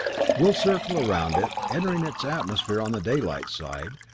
we'll circle around it, entering its atmosphere on the daylight side,